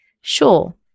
Sure